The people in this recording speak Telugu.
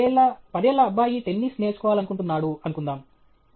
పదేళ్ల పదేళ్ల అబ్బాయి టెన్నిస్ నేర్చుకోవాలనుకుంటున్నాడు అనుకుందాం